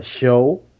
show